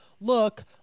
look